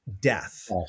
death